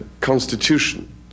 Constitution